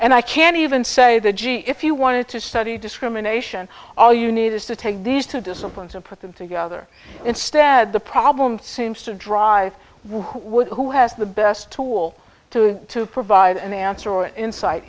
and i can't even say the gee if you wanted to study discrimination all you need is to take these two disciplines and put them together instead the problem seems to drive one who has the best tool to provide an answer or insight